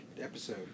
episode